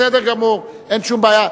בסדר גמור, אין שום בעיה.